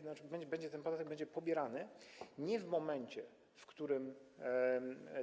To znaczy, ten podatek będzie pobierany nie w momencie, w którym